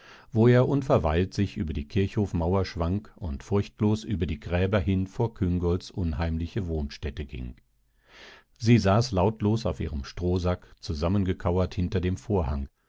wo er unverweilt sich über die kirchhofmauer schwang und furchtlos über die gräber hin vor küngolts unheimliche wohnstätte ging sie saß lautlos auf ihrem strohsack zusammengekauert hinter dem vorhang